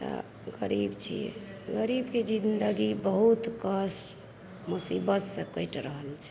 तब गरीब छियै गरीबके जिंदगी बहुत कष्ट मुसीबतसँ कटि रहल छै